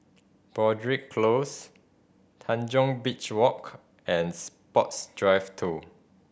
Broadrick Close Tanjong Beach Walk and Sports Drive Two